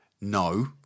No